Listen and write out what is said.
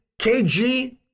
KG